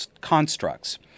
constructs